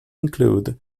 include